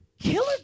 killer